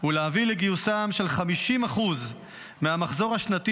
הוא להביא לגיוסם של 50% מהמחזור השנתי